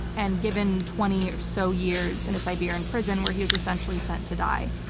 and given twenty or so years in a siberian prison where he was essentially sent to die.